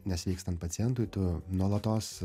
nesveikstant pacientui tu nuolatos